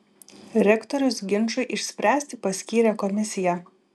rektorius ginčui išspręsti paskyrė komisiją